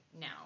now